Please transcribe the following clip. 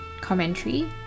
commentary